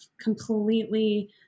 completely